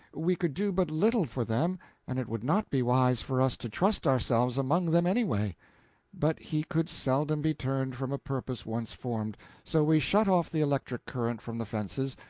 we could do but little for them and it would not be wise for us to trust ourselves among them, anyway. but he could seldom be turned from a purpose once formed so we shut off the electric current from the fences,